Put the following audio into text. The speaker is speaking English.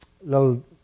little